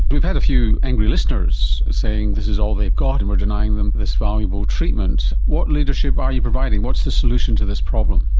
we've had a few angry listeners saying this is all they've got and we're denying them this valuable treatment. what leadership are you providing, what's the solution to this problem?